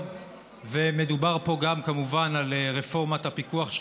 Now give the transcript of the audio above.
ומדובר פה גם כמובן על רפורמת הפיקוח,